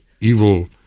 evil